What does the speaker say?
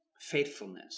faithfulness